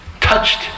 touched